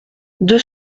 deux